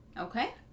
Okay